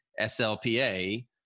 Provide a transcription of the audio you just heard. SLPA